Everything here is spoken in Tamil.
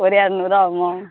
ஒரு இரநூறுவா ஆகுமா